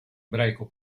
ebraico